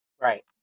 Right